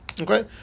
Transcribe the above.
Okay